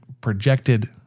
projected